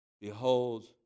beholds